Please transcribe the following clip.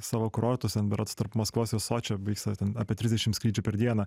savo kurortus ten berods tarp maskvos ir sočio vyksta ten apie trisdešim skrydžių per dieną